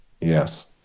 Yes